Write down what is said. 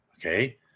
Okay